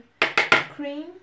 cream